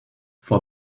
for